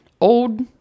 old